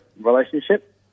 relationship